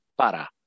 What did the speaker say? para